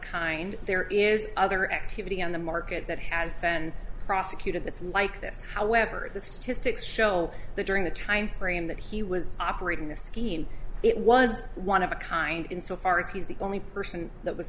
kind there is other activity on the market that has been prosecuted that's like this however the statistics show that during the time frame that he was operating this scheme it was one of a kind insofar as he's the only person that was